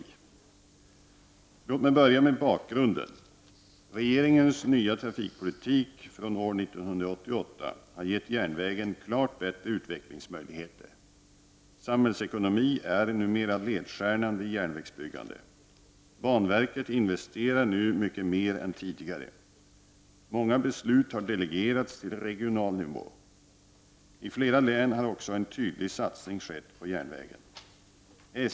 Låt mig börja med bakgrunden. Regeringens nya trafikpolitik från år 1988 har gett järnvägen klart bättre utvecklingsmöjligheter. Samhällsekonomi är numera ledstjärnan vid järnvägsbyggande. Banverket investerar nu mycket mer än tidigare. Många beslut har delegerats till regional nivå. I flera län har också en tydlig satsning skett på järnvägen.